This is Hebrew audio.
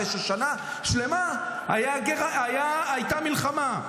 אחרי ששנה שלמה הייתה מלחמה.